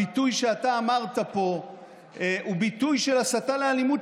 הביטוי שאתה אמרת פה הוא ביטוי של הסתה לאלימות,